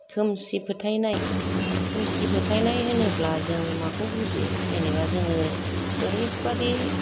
खोमसि फोथायनाय खोमसि फोथायनाय होनोब्ला जोङो माखौ बुजियो जेनेबा जोङो ओरैबादि